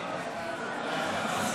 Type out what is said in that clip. תאפס את השעון.